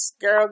girl